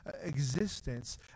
existence